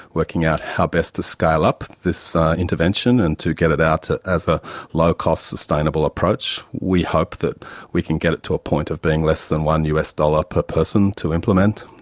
working out how best to scale up this intervention and to get it out as a low-cost, sustainable approach. we hope that we can get it to a point of being less than one us dollar per person to implement.